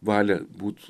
valią būt